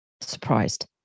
surprised